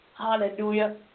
Hallelujah